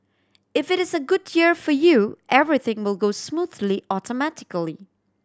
if it is a good year for you everything will go smoothly automatically